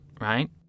right